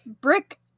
Brick